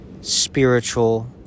spiritual